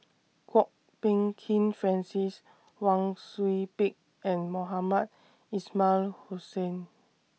Kwok Peng Kin Francis Wang Sui Pick and Mohamed Ismail Hussain